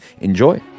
Enjoy